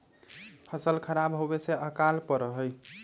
फसल खराब होवे से अकाल पडड़ा हई